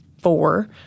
four